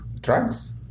drugs